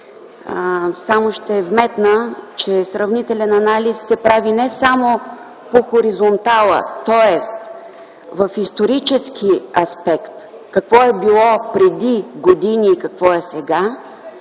Само ще вметна, че сравнителен анализ се прави не само по хоризонтала, тоест в исторически аспект – какво е било преди години и какво е сега,